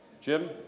Jim